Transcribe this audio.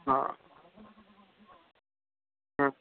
হাঁ হুম